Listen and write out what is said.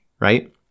right